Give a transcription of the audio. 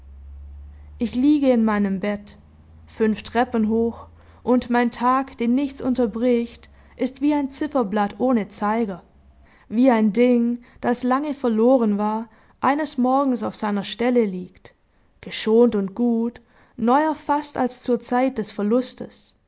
ich liege in meinem bett fünf treppen hoch und mein tag den nichts unterbricht ist wie ein zifferblatt ohne zeiger wie ein ding das lange verloren war eines morgens auf seiner stelle liegt geschont und gut neuer fast als zur zeit des verlustes